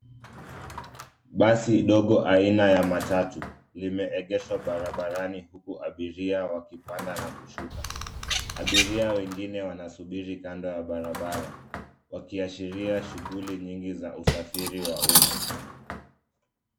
Basi dogo aina ya matatu limeegeshwa barabarani huku abiria wakipanda na kushuka. Abiria wengine wanasubiri kando ya barabara wakiashiria shughuli nyingi za usafiri wa umma.